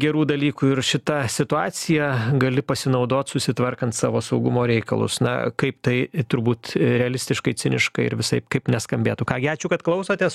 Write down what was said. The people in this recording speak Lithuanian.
gerų dalykų ir šita situacija gali pasinaudot susitvarkant savo saugumo reikalus na kaip tai turbūt realistiškai ciniškai ir visaip kaip neskambėtų ką gi ačiū kad klausotės